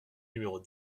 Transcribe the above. numéros